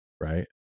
Right